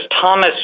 Thomas